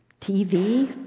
TV